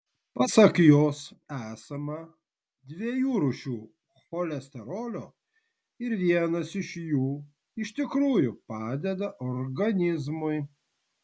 pasak jos esama dviejų rūšių cholesterolio ir vienas iš jų iš tikrųjų padeda organizmui